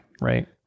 Right